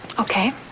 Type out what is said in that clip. okay.